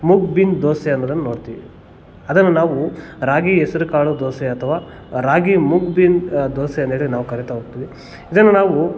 mung bean dosa ಅನ್ನೋದನ್ನು ನೋಡ್ತೀವಿ ಅದನ್ನು ನಾವು ರಾಗಿ ಹೆಸರು ಕಾಳು ದೋಸೆ ಅಥವಾ ರಾಗಿ ಮೂಗ್ಬೀನ್ ದೋಸೆ ಅಂತೇಳಿ ನಾವು ಕರಿತಾ ಹೋಗ್ತೀವಿ ಇದನ್ನು ನಾವು